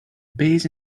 beers